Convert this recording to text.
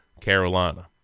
Carolina